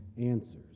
answers